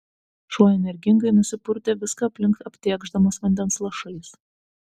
šuo energingai nusipurtė viską aplink aptėkšdamas vandens lašais